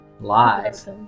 live